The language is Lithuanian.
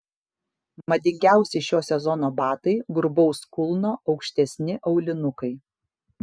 madingiausi šio sezono batai grubaus kulno aukštesni aulinukai